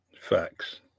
facts